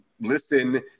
Listen